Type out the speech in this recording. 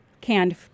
canned